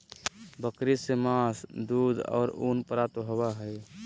बकरी से मांस, दूध और ऊन प्राप्त होबय हइ